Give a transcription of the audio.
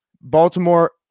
Baltimore